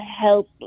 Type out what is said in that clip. help